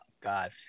God